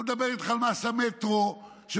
אני לא מדבר איתך על מס המטרו שמשפיע,